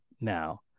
now